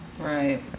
Right